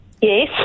Yes